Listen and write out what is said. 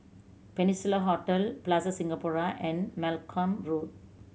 Peninsula Hotel Plaza Singapura and Malcolm Road